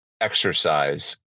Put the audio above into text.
exercise